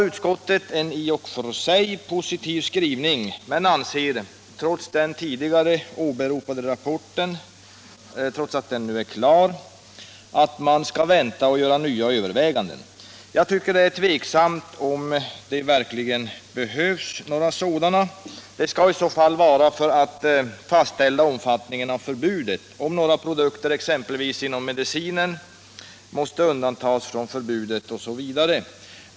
Utskottet har en i och för sig positiv skrivning men anser, trots att den tidigare åberopade rapporten nu är färdig, att man skall vänta och göra nya överväganden. Jag tycker att det är tvivelaktigt om det verkligen behövs några sådana; det skall i så fall vara för att fastställa omfattningen av förbudet, om några produkter exempelvis inom medi Miljövårdspoliti Miljövårdspoliti cinen måste undantas osv.